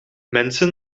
mensen